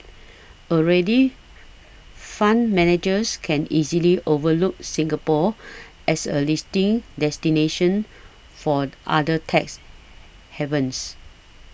already fund managers can easily overlook Singapore as a listing destination for other tax havens